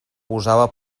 gosava